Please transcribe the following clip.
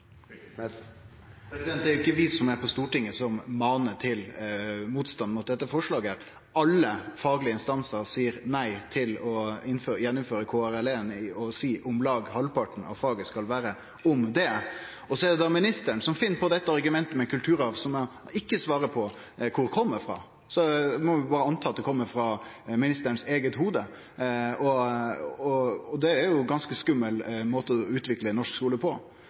Det er jo ikkje vi som er på Stortinget, som maner til motstand mot dette forslaget – alle faglege instansar seier nei til å gjeninnføre KRLE og at om lag halvparten av faget skal vere om kristendom. Så er det ministeren som finn på dette argumentet med kulturarv, som han ikkje svarer på kor kjem frå. Vi må berre anta at det kjem frå ministerens eige hovud, og det er jo ein ganske skummel måte å utvikle norsk skule på.